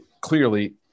clearly